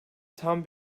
tam